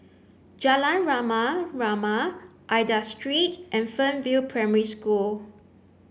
Jalan Rama Rama Aida Street and Fernvale Primary School